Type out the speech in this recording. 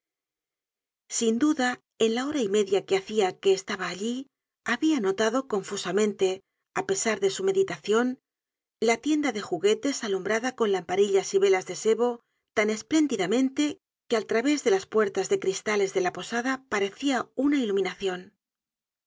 sin duda en la hora y media que hacia que estaba allí habia notado confusamente á pesar de su meditacion la tienda de juguetes alumbrada con lamparillas y velas de sebo tan espléndidamente que al través de las puertas de cristales de la posada parecia una iluminacion